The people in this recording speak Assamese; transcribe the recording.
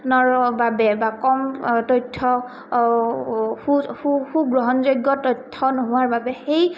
নৰ বাবে বা কম তথ্য সু সু সুগ্ৰহণযোগ্য তথ্য নোহোৱাৰ বাবে সেই